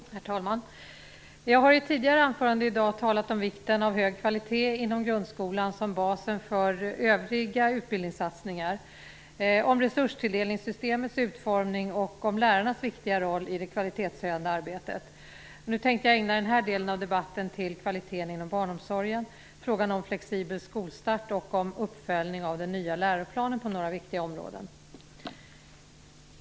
Herr talman! Jag har i ett tidigare anförande i dag talat om vikten av hög kvalitet inom grundskolan som basen för övriga utbildningssatsningar, om resurstilldelningssystemets utformning och om lärarnas viktiga roll i det kvalitetshöjande arbetet. Jag tänkte ägna den här delen av debatten till kvaliteten inom barnomsorgen och till frågan om flexibel skolstart och om uppföljning av den nya läroplanen på några viktiga områden.